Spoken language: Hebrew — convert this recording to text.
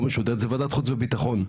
לא משודרת זה ועדת חוץ וביטחון,